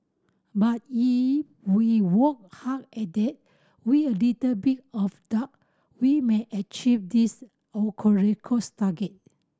but if we work hard at it with a little bit of duck we may achieve these target